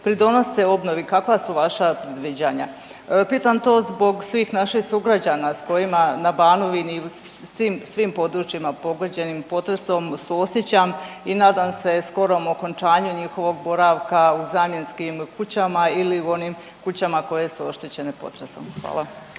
pridonose obnovi, kakva su vaša viđanja? Pitam to zbog svih naših sugrađana s kojima na Banovini i svim područjima pogođenim potresom suosjećam i nadam se skorom okončanju njihovom boravka u zamjenskim kućama ili u onim kućama koje su oštećene potresom. Hvala